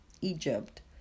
Egypt